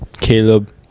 Caleb